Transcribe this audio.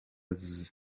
zari